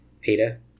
Peter